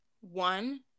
one